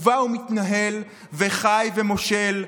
ובה הוא מתנהל וחי ומושל,